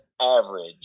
average